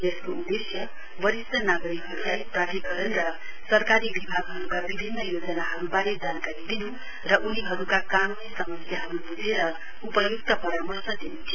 यसको उदेश्य वरिष्ट नागरिकहरुलाई प्राधिकरण र सरकारी विभागहरुका विभिन्न योजनाहरुवारे जानकारी दिन् र उनीहरुको कानूनी समस्याहरु व्झेर उपय्क्त परामर्श दिन् थियो